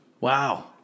Wow